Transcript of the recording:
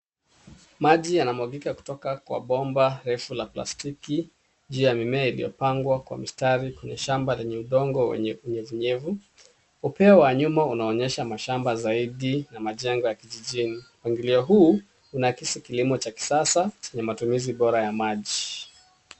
Maji yanamwagika kutoka kwa bomba refu la plastiki juu ya mimea iliyopangwa kwa mistari kwenye shamba lenye udongo yenye unyevunyevu. Upeo wa nyuma unaonyesha mashamba zaidi na majengo ya kijijini. Mpangilio huu unaakisi kilimo cha kisasa chenye matumizi bora ya maji.